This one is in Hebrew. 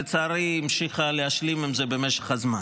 לצערי, המשיכה להשלים עם זה במשך הזמן.